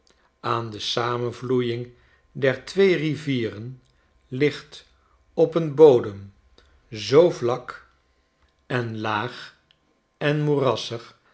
aan de samenvloeiing der twee rivieren ligt op een bodem zoo vlak en laag en moerassig